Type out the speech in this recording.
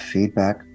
Feedback